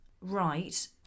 Right